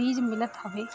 बीज मिलत हवे